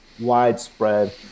widespread